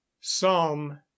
psalm